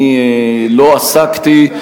אני לא עסקתי,